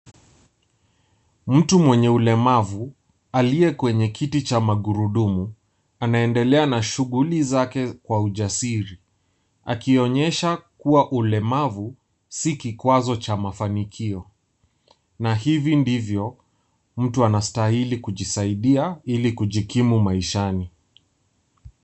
Mtu mwenye ulemavu aliye kwenye kiti cha magurudumu anaendelea na shughuli zake kwa ujasiri akionyesha kuwa ulemavu si kikwazo cha mafanikio, na hivi ndivyo mtu anastahili kujisaidia ili kujikimu maishani.